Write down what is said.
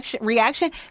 reaction